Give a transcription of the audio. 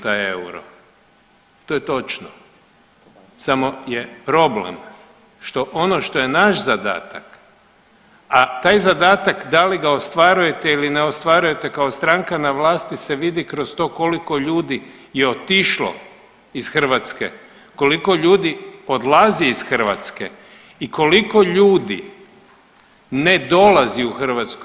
To je točno, samo je problem što ono što je naš zadatak, a taj zadatak da li ga ostvarujete ili ne ostvarujete kao stranka na vlasti se vidi kroz to koliko ljudi je otišlo iz Hrvatske, koliko ljudi odlazi iz Hrvatske i koliko ljudi ne dolazi u Hrvatsku.